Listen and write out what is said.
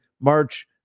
March